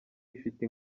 ifite